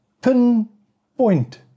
pinpoint